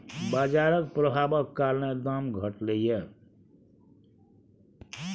बजारक प्रभाबक कारणेँ दाम घटलै यै